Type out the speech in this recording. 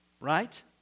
right